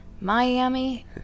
Miami